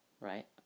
right